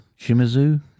Shimazu